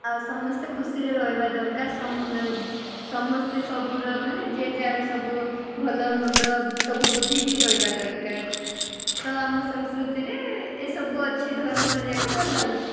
ଆଉ ସମସ୍ତେ ଖୁସିରେ ରହିବା ଦରକାର ସମସ୍ତେ ସବୁର ବୋଲେ ଯିଏ ଯାହାର ସବୁ ଭଲମନ୍ଦ ସବୁ ବୁଝିକି ରହିବା ଦରକାର ତ ଆମ ସଂସ୍କୃତିରେ ଏସବୁ ଅଛି ଧର୍ମର ଯାକ ଭଲ ଲାଗୁଛିି